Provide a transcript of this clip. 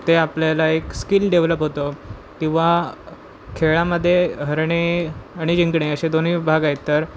ते आपल्याला एक स्किल डेव्हलप होतं किंवा खेळामध्ये हरणे आणि जिंकणे असे दोन्ही भाग आहेत तर